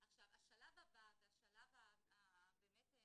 השלב הבא, בשלב באמת המאסיבי,